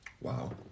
Wow